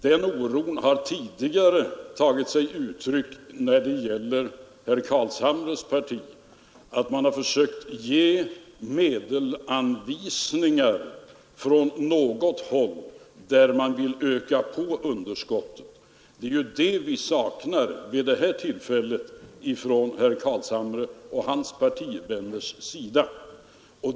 Den oron har tidigare när det gäller herr Carlshamres parti tagit sig uttryck i att man har försökt ge medelsanvisningar från något håll när man velat öka underskottet. Det saknar vi vid det här tillfället från herr Carlshamres och hans partivänners sida.